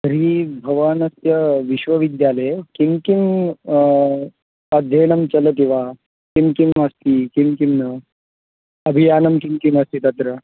तर्हि भवानस्य विश्वविद्यालये किं किम् अध्ययनं चलति वा किं किम् अस्ति किं किम् एव अभियानं किं किम् अस्ति तत्र